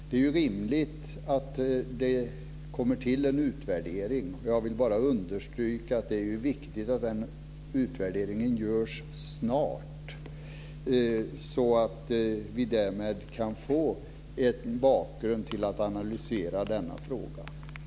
Det är ju rimligt att det kommer till en utvärdering. Jag vill bara understryka att det är viktigt att den utvärderingen görs snart, så att vi därmed kan få en bakgrund till att analysera denna fråga.